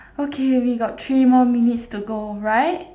okay we got three more minutes to go right